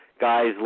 Guys